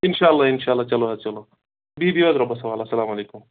اِنشاء اللہ اِنشاء اللہ چلو حظ چلو بِہِو بِہِو رۄبَس حوال اسلامُ علیکُم